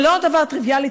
זה לא דבר טריוויאלי,